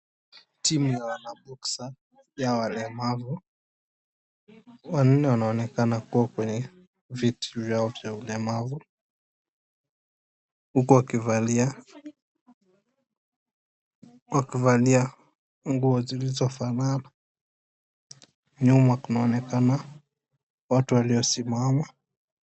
Timu ya (cs) wanaboksaa(cs) ya walemavu wanne wanaonekana kua kwenye viti vyao vya ulemavu huku wakivalia nguo zilizofanana nyuma kunaonekana watu waliosimama.